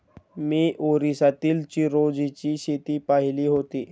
मी ओरिसातील चिरोंजीची शेती पाहिली होती